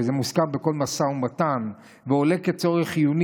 זה מוזכר בכל משא ומתן ועולה כצורך חיוני,